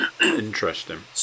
Interesting